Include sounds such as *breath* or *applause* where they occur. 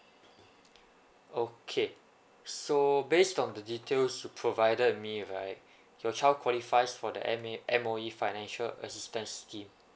okay so based on the details you provided me right *breath* your child qualifies for the M A M_O_E financial assistance scheme